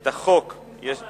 את החוק יציג,